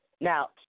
Now